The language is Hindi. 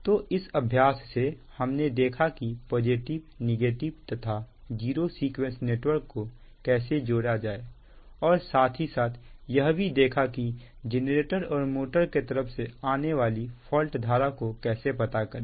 तो इस अभ्यास से हमने देखा कि पॉजिटिव नेगेटिव तथा जीरो सीक्वेंस नेटवर्क को कैसे जोड़े और साथ ही साथ यह भी देखा कि जेनरेटर और मोटर के तरफ से आने वाली फॉल्ट धारा को कैसे पता करें